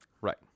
Right